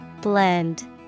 Blend